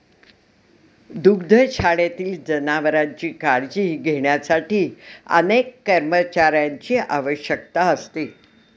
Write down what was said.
दुग्धशाळेत जनावरांची काळजी घेण्यासाठी अनेक कर्मचाऱ्यांची आवश्यकता असते